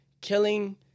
Killing